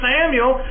Samuel